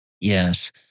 yes